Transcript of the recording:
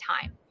time